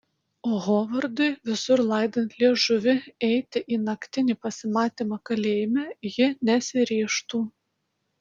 o hovardui visur laidant liežuvį eiti į naktinį pasimatymą kalėjime ji nesiryžtų